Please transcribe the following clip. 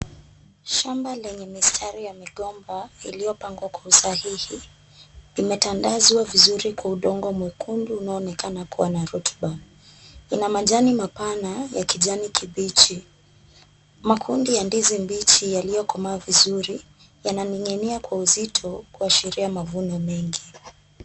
Shamba lenye mistari ya migomba iliyopangwa kwa usahihi, imetandazwa vizuri kwa udongo mwekundu unaoonekana kuwa na rotuba. Ina majani mapana ya kijani kibichi. Makundi ya ndizi mbichi yaliyokomaa vizuri wananing'inia kwa uzito, kuashiria mavuno mengi.